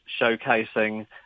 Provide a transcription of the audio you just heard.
showcasing